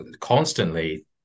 constantly